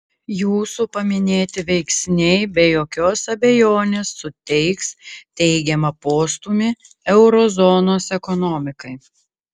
jūsų paminėti veiksniai be jokios abejonės suteiks teigiamą postūmį euro zonos ekonomikai